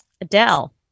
Adele